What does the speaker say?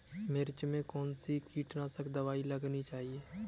मिर्च में कौन सी कीटनाशक दबाई लगानी चाहिए?